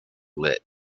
lit